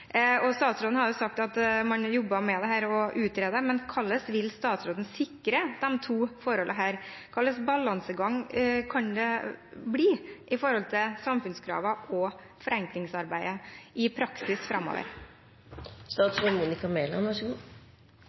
Statsråden har sagt at man jobber med dette og utreder det, men hvordan vil statsråden sikre disse to forholdene? Hva slags balansegang kan det bli med hensyn til samfunnskravene og forenklingsarbeidet i praksis framover?